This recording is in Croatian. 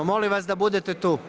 Molim vas da budete tu.